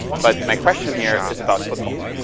but my question here is about football.